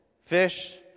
fish